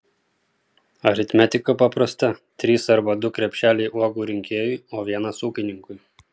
aritmetika paprasta trys arba du krepšeliai uogų rinkėjui o vienas ūkininkui